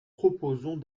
proposons